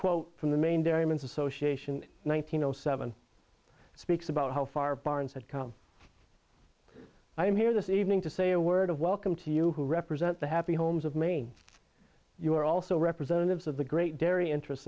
quote from the maine there humans association one thousand no seven speaks about how far barnes had come i am here this evening to say a word of welcome to you who represent the happy homes of maine you are also representatives of the great dairy interests